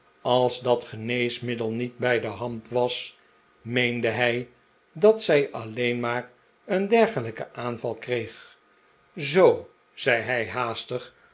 als dat geneesmiddel niet bij de hand was meende hij dat zij alleen maar een dergelijken aanval kreeg zoo zei hij haastig